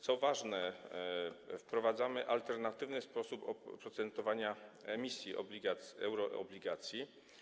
Co ważne, wprowadzamy alternatywny sposób oprocentowania emisji euroobligacji.